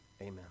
amen